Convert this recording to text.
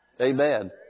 Amen